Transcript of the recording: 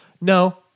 no